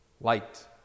light